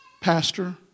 Pastor